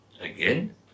Again